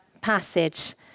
passage